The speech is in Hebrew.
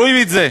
רואים את זה,